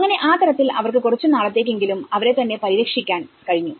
അങ്ങനെ ആ തരത്തിൽ അവർക്ക് കുറച്ചുനാളത്തേക്ക് എങ്കിലും അവരെതന്നെ പരിരക്ഷിക്കാൻ കഴിഞ്ഞു